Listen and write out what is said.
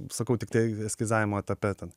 sakau tiktai eskizavimo etape ten